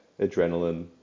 adrenaline